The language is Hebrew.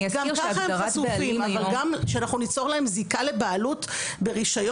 גם ככה הם חשובים אבל גם שאנחנו ניצור להם זיקה לבעלות ברישיון?